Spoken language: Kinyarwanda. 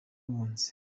abunzi